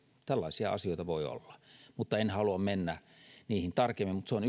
tällaisia asioita voi olla mutta en halua mennä niihin tarkemmin harkinta on